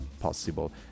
possible